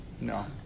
No